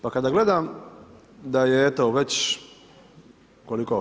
Pa kada gledam da je eto već koliko?